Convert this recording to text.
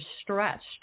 stretched